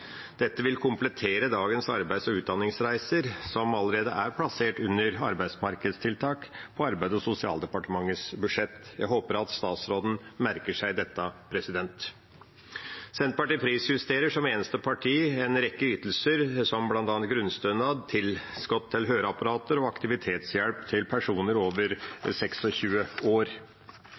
Dette vil komplettere dagens arbeids- og utdanningsreiser, som allerede er plassert under arbeidsmarkedstiltak på Arbeids- og sosialdepartementets budsjett. Jeg håper at statsråden merker seg dette. Senterpartiet prisjusterer, som eneste parti, en rekke ytelser, som bl.a. grunnstønad, tilskudd til høreapparater og aktivitetshjelp til personer over 26 år.